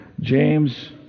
James